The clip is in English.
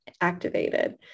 activated